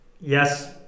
Yes